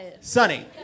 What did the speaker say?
Sunny